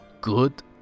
good